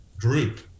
group